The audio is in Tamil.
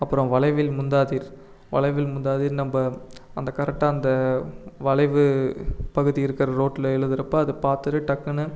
அப்புறம் வளைவில் முந்தாதீர் வளைவில் முந்தாதீர் நம்ம அந்த கரெக்டாக அந்த வளைவு பகுதி இருக்கிற ரோட்டில் எழுதுகிறப்ப அதை பார்த்துட்டு டக்குன்னு